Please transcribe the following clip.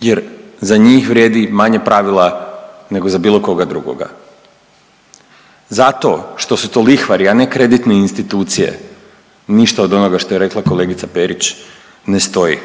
jer za njih vrijedi manje pravila nego za bilo koga drugoga zato što su to lihvari, a ne kreditne institucije, ništa od onoga što je rekla kolegica Perić ne stoji.